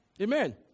Amen